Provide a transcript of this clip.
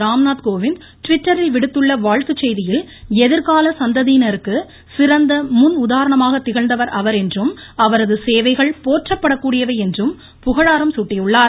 ராம்நாத் கோவிந்த் ட்விட்டரில் விடுத்துள்ள வாழ்த்துச் செய்தியில் எதிர்கால சந்ததியினருக்கு சிறந்த முன் உதாரணமாக திகழ்ந்தவர் அவர் என்றும் அவரது சேவைகள் போற்றப்படக்கூடியவை என்றும் புகழாரம் சூட்டியுள்ளார்